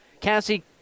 Cassie